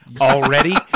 already